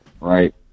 right